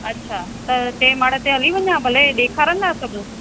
अच्छा त टे माड़े ते हली वञा भले ॾेखारंदा सभु